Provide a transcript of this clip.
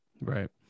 Right